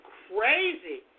crazy